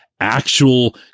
Actual